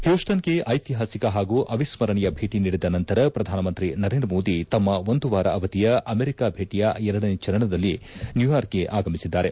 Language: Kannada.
ಪ್ಯೂಸ್ನನ್ಗೆ ಐತಿಪಾಸಿಕ ಪಾಗೂ ಅವಿಸ್ಕರಣೀಯ ಭೇಟ ನೀಡಿದ ನಂತರ ಪ್ರಧಾನಮಂತ್ರಿ ನರೇಂದ್ರ ಮೋದಿ ತಮ್ಮ ಒಂದು ವಾರ ಅವಧಿಯ ಅಮೆರಿಕ ಭೇಟಿಯ ಎರಡನೇ ಚರಣದಲ್ಲಿ ನ್ಕೂರ್ಯಾಕ್ಗೆ ಆಗಮಿಸಿದ್ದಾರೆ